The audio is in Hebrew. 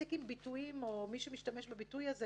להפסיק להשתמש בביטוי הזה.